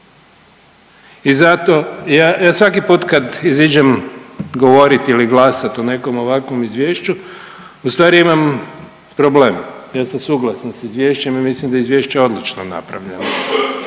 I zato ja, ja svaki put kad iziđem govoriti ili glasati o nekakvom ovakvom izvješću u stvari imam problem. Ja sam suglasan sa izvješćem. Mislim da je izvješće odlično napravljeno,